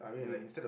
mm